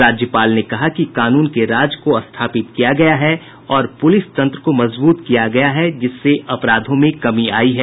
राज्यपाल ने कहा कि कानून के राज को स्थापित किया गया है और पुलिस तंत्र को मजबूत किया गया है जिससे अपराधों में कमी आयी है